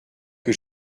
que